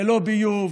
ללא ביוב,